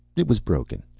it was broken.